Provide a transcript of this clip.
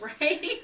Right